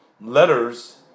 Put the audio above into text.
letters